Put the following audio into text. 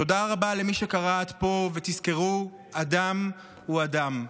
תודה רבה למי שקרא עד פה, ותזכרו, אדם הוא אדם."